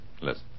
Listen